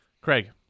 Craig